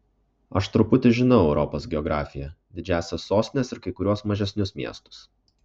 aš truputį žinau europos geografiją didžiąsias sostines ir kai kuriuos mažesnius miestus